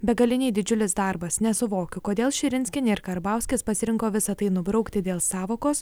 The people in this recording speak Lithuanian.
begaliniai didžiulis darbas nesuvokiu kodėl širinskienė ir karbauskis pasirinko visa tai nubraukti dėl sąvokos